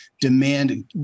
demand